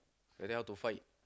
like that how to fight